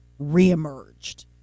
reemerged